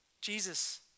Jesus